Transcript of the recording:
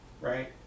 Right